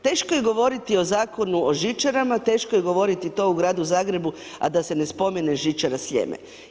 Teško je govoriti o Zakonu o žičarama, teško je govoriti to u gradu Zagrebu, a da se ne spomene žičara Sljeme.